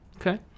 okay